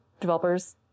developers